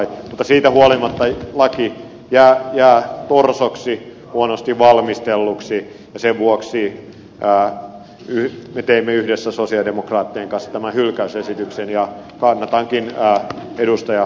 mutta siitä huolimatta laki jää torsoksi huonosti valmistelluksi ja sen vuoksi me teimme yhdessä sosialidemokraattien kanssa tämän hylkäysesityksen ja kannatankin ed